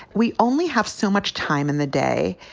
we only have so much time in the day.